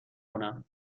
کنم